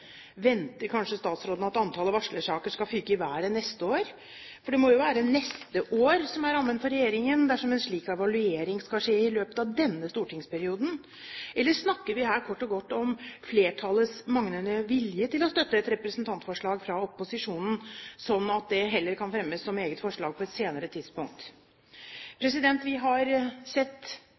Venter kanskje statsråden at antallet varslersaker skal fyke i været neste år – for det må jo være neste år som er rammen for regjeringen dersom en slik evaluering skal skje i løpet av denne stortingsperioden? Eller snakker vi her kort og godt om flertallets manglende vilje til å støtte et representantsforslag fra opposisjonen, sånn at det heller kan fremmes som eget forslag på et senere tidspunkt? Vi har sett